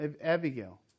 Abigail